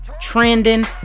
trending